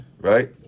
Right